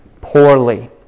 poorly